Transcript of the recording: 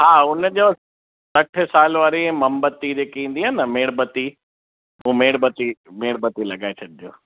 हा उनजो सठि साल वारी मोमबत्ती जकी ईंदी आहे न मेणबत्ती हू मेणबत्ती मेणबत्ती लॻाए छॾिजो